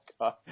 God